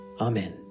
Amen